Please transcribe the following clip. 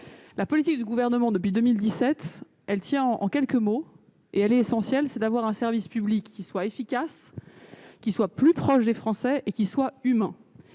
la politique du gouvernement depuis 2017, elle tient en quelques mots, et elle est essentiel, c'est d'avoir un service public qui soit efficace qui soit plus proche des Français et qu'il soit humain